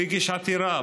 הוא הגיש עתירה.